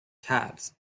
cats